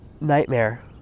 nightmare